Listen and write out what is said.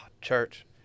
Church